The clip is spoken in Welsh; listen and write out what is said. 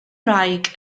wraig